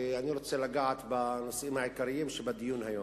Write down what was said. ואני רוצה לגעת בנושאים העיקריים של הדיון היום.